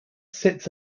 sits